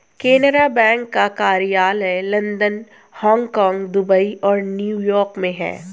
Canara bank का कार्यालय London Hong Kong Dubai और न्यू यॉर्क में है